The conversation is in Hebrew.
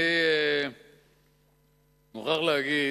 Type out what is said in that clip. אני מוכרח להגיד